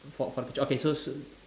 for for the picture okay so so